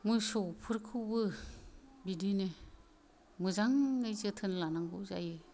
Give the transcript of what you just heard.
मोसौफोरखौबो बिदिनो मोजाङै जोथोन लानांगौ जायो